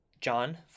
john